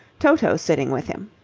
toto's sitting with him.